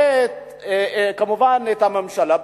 כמובן את הממשלה,